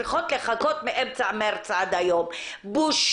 צריכות לחכות מאמצע מרץ עד היום - בושה.